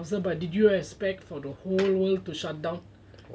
but did you expect for the whole world to shut down